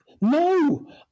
No